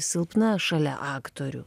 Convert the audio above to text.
silpna šalia aktorių